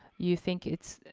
you think it's,